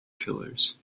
killers